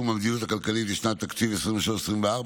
המדיניות הכלכלית לשנות התקציב 2023 ו-2024),